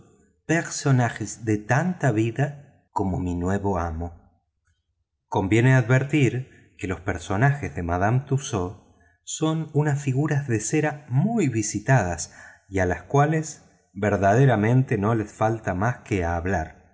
personajes de tanta vida como mi nuevo amo conviene advertir que los personajes de madame tussaud son unas figuras de cera muy visitadas y a las cuales verdaderamente no les falta más que hablar